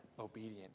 obedient